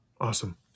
awesome